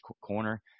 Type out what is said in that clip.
corner